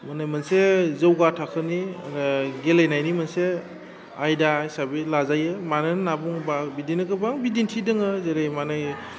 माने मोनसे जौगा थाखोनि गेलेनायनि मोनसे आयदा हिसाबै लाजायो मानो होन्ना बुङोबा बिदिनो गोबां बिदिन्थि दङ जेरै माने